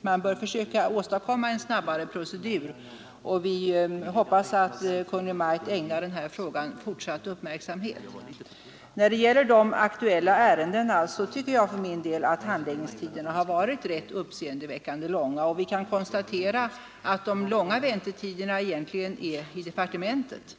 man bör försöka åstadkomma en snabbare procedur, och vi hoppas att Kungl. Maj:t ägnar denna fråga fortsatt uppmärksamhet. I fråga om de aktuella ärendena tycker jag för min del att handläggningstiderna har varit uppseendeväckande långa. De största väntetiderna förekommer egentligen i departementet.